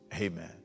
amen